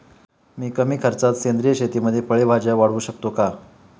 मी कमी खर्चात सेंद्रिय शेतीमध्ये फळे भाज्या वाढवू शकतो का?